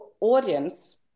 audience